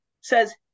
says